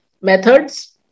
methods